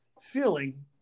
feeling